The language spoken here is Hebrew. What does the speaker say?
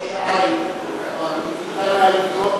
בראש-העין כבר ניתן היה לבנות,